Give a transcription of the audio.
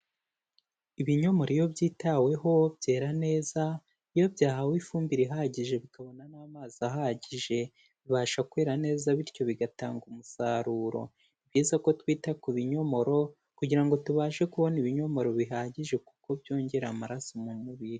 Ibinyomoro iyo byitaweho byera neza, iyo byahawe ifumbire ihagije bikabona n'amazi ahagije, bibasha kwera neza bityo bigatanga umusaruro. Ni byiza ko twita ku binyomoro, kugira ngo tubashe kubona ibinyomoro bihagije kuko byongera amaraso mu mubiri.